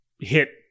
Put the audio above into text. hit